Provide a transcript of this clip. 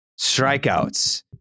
strikeouts